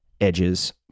edges